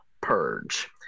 purge